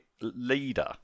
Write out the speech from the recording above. leader